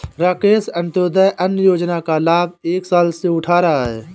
राकेश अंत्योदय अन्न योजना का लाभ एक साल से उठा रहा है